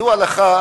ידוע לך,